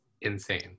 insane